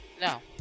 No